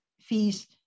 fees